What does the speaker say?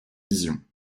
visions